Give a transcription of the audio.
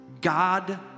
God